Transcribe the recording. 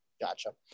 Gotcha